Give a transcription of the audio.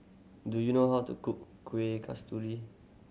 do you know how to cook Kueh Kasturi